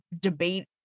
debate